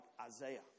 Isaiah